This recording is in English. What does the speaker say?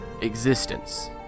existence